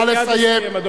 נא לסיים.